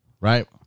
right